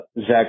Zach